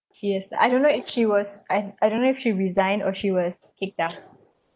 she is I don't know if she was I I don't know if she resigned or she was kicked out